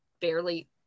barely